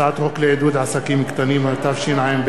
הצעת חוק לעידוד עסקים קטנים, התשע"ב